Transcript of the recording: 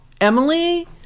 Emily